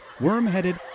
worm-headed